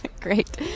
great